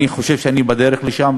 אני חושב שאני בדרך לשם,